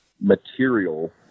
material